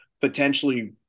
potentially